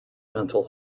mental